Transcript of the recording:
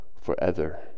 forever